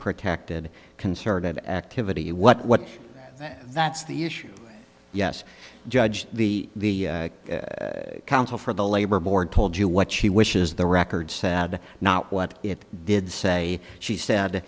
protected concerted activity what that's the issue yes judge the counsel for the labor board told you what she wishes the record said not what it did say she said